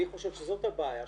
אני חושב שזאת הבעיה.